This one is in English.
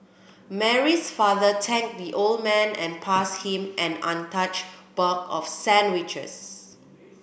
Mary's father thanked the old man and passed him an untouched box of sandwiches